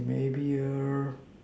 maybe err